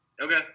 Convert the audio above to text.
Okay